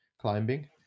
climbing